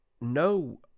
no